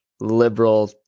liberal